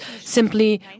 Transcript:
simply